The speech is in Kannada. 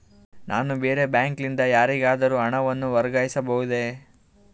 ನಾನು ಬೇರೆ ಬ್ಯಾಂಕ್ ಲಿಂದ ಯಾರಿಗಾದರೂ ಹಣವನ್ನು ವರ್ಗಾಯಿಸಬಹುದೇ?